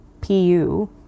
pu